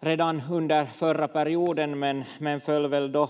redan under förra perioden men föll då